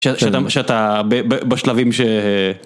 שאתה בשלבים ש...